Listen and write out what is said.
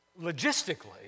Logistically